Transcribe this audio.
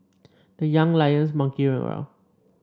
the Young Lions monkeying around